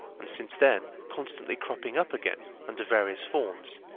and since then constantly cropping up again under various forms,